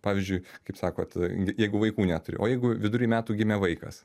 pavyzdžiui kaip sakot jeigu vaikų neturi o jeigu vidury metų gimė vaikas